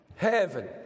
Heaven